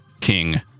King